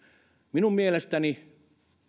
minun mielestäni